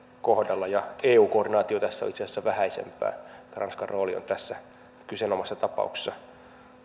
kohdalla ja eun koordinaatio on tässä itse asiassa vähäisempää ranskan rooli on tässä kyseenä olevassa tapauksessa